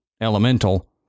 elemental